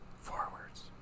forwards